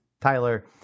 Tyler